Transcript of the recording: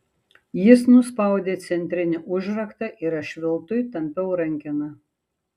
jis nuspaudė centrinį užraktą ir aš veltui tampiau rankeną